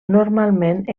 normalment